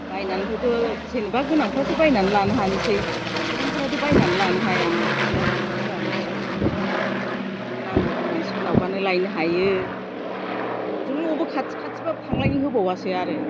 बायनानैबोथ' जेनेबा गोनांफ्रासो बायनानै लानो हानोसै गैयैफ्राथ' बायनानै लानो हाया ना बिसिबां खस्थ' जादों सिबायफोर ना नांगौ होननानै सोरनावबानो लायनो हायो न'जों न'बो खाथि खाथिबाबो थांलायनो होबावासो आरो